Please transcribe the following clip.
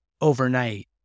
overnight